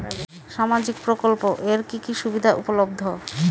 সামাজিক প্রকল্প এর কি কি সুবিধা উপলব্ধ?